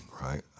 Right